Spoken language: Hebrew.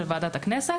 באישור של ועדת הכנסת